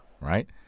right